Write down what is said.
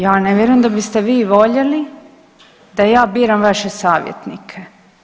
Ja ne vjerujem da biste vi voljeli da ja biram vaše savjetnike.